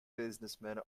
businessmen